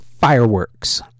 Fireworks